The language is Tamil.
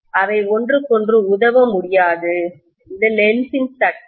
அவை ஒன்றுக்கொன்று உதவ முடியாது லென்ஸின் சட்டம்